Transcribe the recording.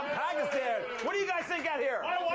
pakistan. what do you guys think out here?